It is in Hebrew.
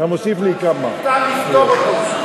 אתם עושים פוליטיקה בדבר שניתן לפתור אותו.